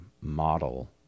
model